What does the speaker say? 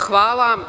Hvala.